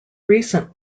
recent